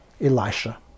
Elisha